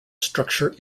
structure